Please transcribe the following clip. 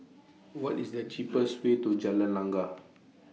What IS The cheapest Way to Jalan Langgar